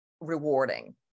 rewarding